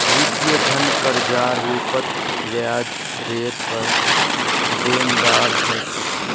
वित्तीय धन कर्जार रूपत ब्याजरेर पर देनदार ह छे